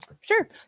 Sure